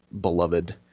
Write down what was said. beloved